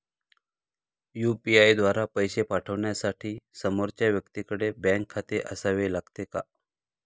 UPI द्वारा पैसे पाठवण्यासाठी समोरच्या व्यक्तीकडे बँक खाते असावे लागते का?